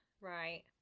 right